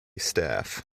staff